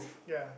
ya